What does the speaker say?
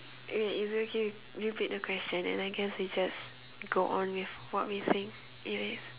wait is it okay if you repeat question and I guess we just go on with what we saying is it